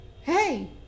Hey